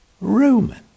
Roman